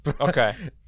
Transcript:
Okay